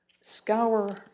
scour